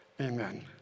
amen